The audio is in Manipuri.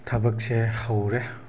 ꯊꯕꯛꯁꯦ ꯍꯧꯔꯦ